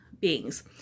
beings